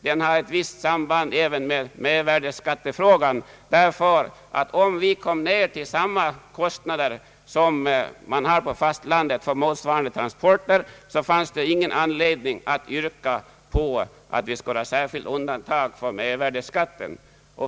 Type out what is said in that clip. Den har ett visst samband med mervärdeskattefrågan, därför att om vi kom ned till samma kostnader som man har på fastlandet för motsvarande transporter fanns ingen anledning att yrka på att vi skulle ha ett särskilt undantag från mervärdeskatten.